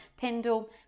Pendle